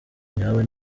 nyawe